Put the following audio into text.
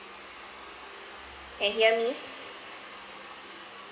can hear me